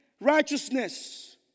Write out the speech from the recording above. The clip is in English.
righteousness